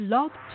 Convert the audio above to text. Love